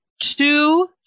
two